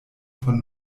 von